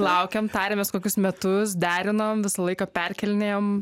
laukėm tarėmės kokius metus derinom visą laiką perkėlinėjom